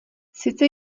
sice